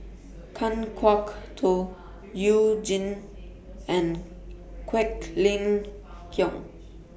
Kan Kwok Toh YOU Jin and Quek Ling Kiong